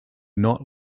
not